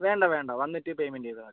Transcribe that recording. വേണ്ട വേണ്ട വന്നിട്ട് പേയ്മെൻറ്റ് ചെയ്താൽ മതി